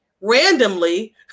randomly